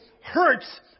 hurts